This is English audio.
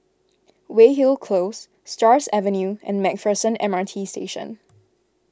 Weyhill Close Stars Avenue and MacPherson M R T Station